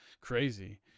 crazy